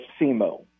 SEMO